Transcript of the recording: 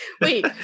Wait